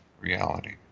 reality